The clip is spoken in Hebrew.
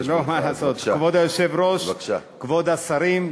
כבוד היושב-ראש, כבוד השרים,